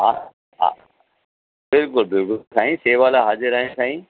हा हा बिल्कुलु बिल्कुलु साईं शेवा लाइ हाज़िर आहियूं साईं